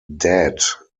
dead